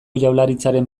jaurlaritzaren